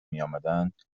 میامدند